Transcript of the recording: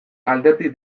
alderdi